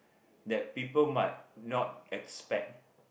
that people might not expect